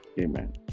amen